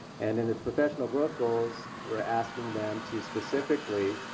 and in the professional growth goals were asking them to specifically